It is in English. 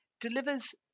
delivers